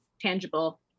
tangible